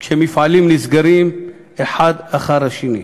כשמפעלים נסגרים אחד אחר השני.